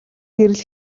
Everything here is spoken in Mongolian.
гэрэл